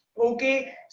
Okay